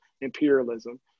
imperialism